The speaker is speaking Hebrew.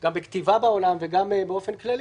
גם בכתיבה בעולם וגם באופן כללי,